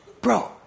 Bro